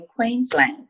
Queensland